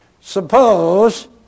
Suppose